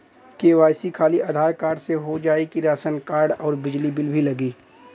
KYC खाली Aadhaar card से हो जाए कि राशन कार्ड अउर बिजली बिल भी लगी?